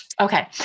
Okay